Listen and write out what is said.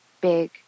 big